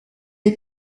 les